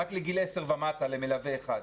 רק לגיל עשר ומטה למלווה אחד.